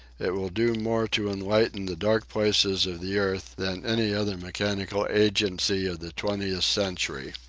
it will do more to enlighten the dark places of the earth than any other mechanical agency of the twentieth century.